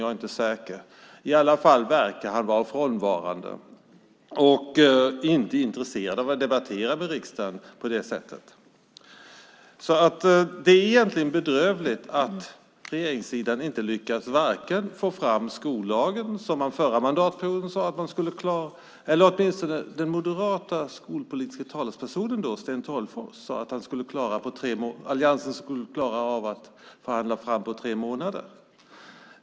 Jag är inte säker. Han verkar i alla fall vara frånvarande och inte intresserad av att debattera med riksdagen. Det är bedrövligt att regeringssidan inte lyckas få fram skollagen, vilket man förra mandatperioden sade att man skulle klara. Den moderata skolpolitiska talespersonen, Sten Tolgfors, sade då att alliansen skulle klara av att förhandla fram en sådan på tre månader.